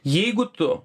jeigu tu